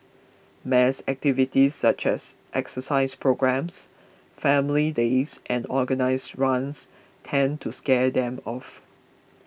mass activities such as exercise programmes family days and organised runs tend to scare them off